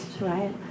right